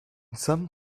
some